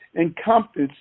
encompass